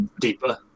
deeper